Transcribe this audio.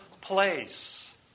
place